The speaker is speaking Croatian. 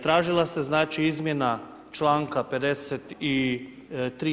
Tražila se znači izmjena članka 53.